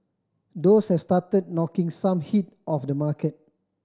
those have started knocking some heat off the market